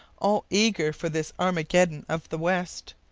all eager for this armageddon of the west.